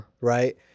right